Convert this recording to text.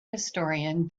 historian